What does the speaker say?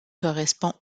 correspond